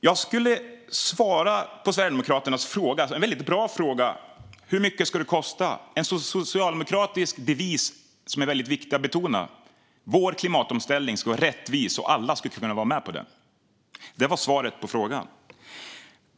Jag ska svara på Sverigedemokraternas fråga, som är en väldigt bra fråga, om hur mycket det ska kosta att en socialdemokratisk devis som är viktig att betona är att vår klimatomställning ska vara rättvis och att alla ska kunna vara med på den. Det var svaret på frågan.